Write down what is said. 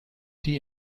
die